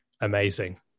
amazing